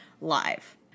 live